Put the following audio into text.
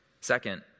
Second